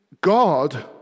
God